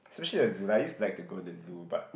especially the zoo lah I used to like to go to the zoo but